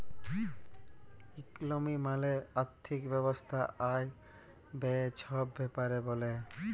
ইকলমি মালে আথ্থিক ব্যবস্থা আয়, ব্যায়ে ছব ব্যাপারে ব্যলে